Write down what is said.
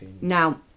Now